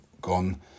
gone